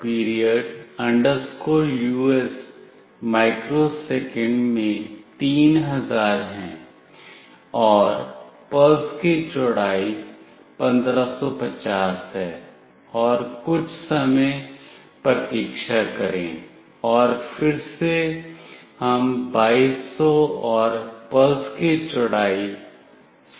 mypwmperiod us microsecond में 3000 है और पल्स की चौड़ाई 1550 है और कुछ समय प्रतीक्षा करें और फिर से हम 2200 और पल्स की चौड़ाई 100 कर रहे हैं